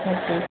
اچھا ٹھیک